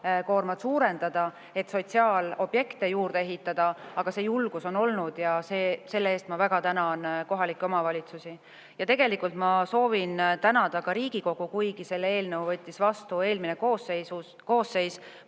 võlakoormat suurendada, et sotsiaalobjekte juurde ehitada. Aga see julgus on olnud ja selle eest ma väga tänan kohalikke omavalitsusi. Ja tegelikult ma soovin tänada ka Riigikogu. Selle seaduse võttis vastu küll eelmine koosseis,